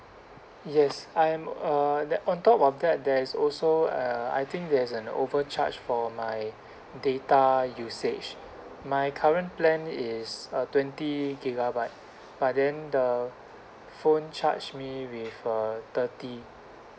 yes I am err that on top of that there's also uh I think there's an overcharge for my data usage my current plan is a twenty gigabyte but then the phone charged me with uh thirty